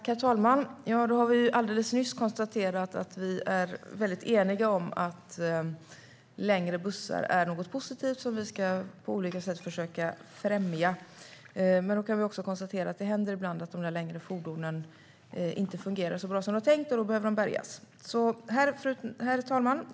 Herr talman! Vi har alldeles nyss konstaterat att vi är väldigt eniga om att längre bussar är något positivt som vi ska försöka främja på olika sätt. Men vi kan också konstatera att det ibland händer att de längre fordonen inte fungerar så bra som det var tänkt, och då behöver de bärgas. Herr talman!